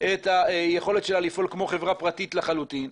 את היכולת שלה לפעול כחברה פרטית לחלוטין,